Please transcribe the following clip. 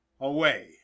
away